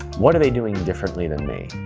what are they doing differently than me?